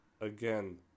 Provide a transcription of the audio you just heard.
Again